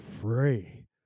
free